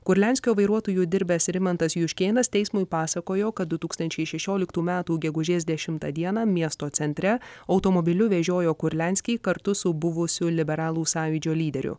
kurlianskio vairuotoju dirbęs rimantas juškėnas teismui pasakojo kad du tūkstančiai šešioliktų metų gegužės dešimtą dieną miesto centre automobiliu vežiojo kurlianskį kartu su buvusiu liberalų sąjūdžio lyderiu